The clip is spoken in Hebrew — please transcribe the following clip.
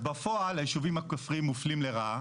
אז בפועל הישובים הכפריים מופלים לרעה,